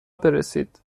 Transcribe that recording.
برسید